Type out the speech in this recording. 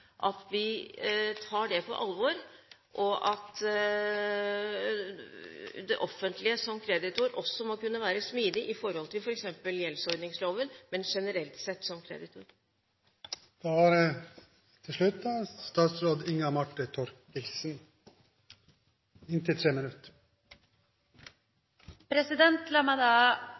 at vi tar det på alvor, og at det offentlige som kreditor også må kunne være smidig i forhold til f.eks. gjeldsordningsloven, men generelt sett som kreditor. La meg da